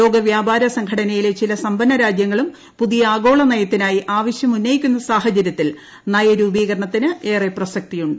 ലോക വ്യാപാര സംഘടനയിലെ ചില സമ്പന്ന രാജൃങ്ങളും പുതിയ ആഗോള നയത്തിനായി ആവശ്യം ഉന്നയിക്കുന്ന സാഹചര്യത്തിൽ നയ രൂപീകരണത്തിന് ഏറെ പ്രസക്തിയുണ്ട്